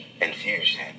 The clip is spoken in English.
infusion